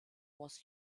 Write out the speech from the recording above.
was